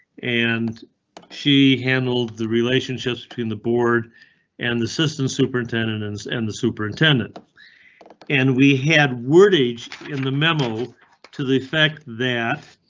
and she handled the relationships between the board and the system superintendents and the superintendent ann. and we had wordage in the memo to the effect that.